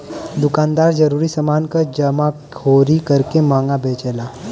दुकानदार जरूरी समान क जमाखोरी करके महंगा बेचलन